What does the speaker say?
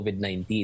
COVID-19